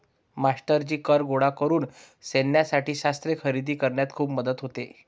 मास्टरजी कर गोळा करून सैन्यासाठी शस्त्रे खरेदी करण्यात खूप मदत होते